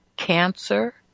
cancer